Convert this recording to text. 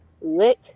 Lick